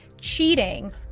cheating